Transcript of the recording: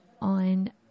on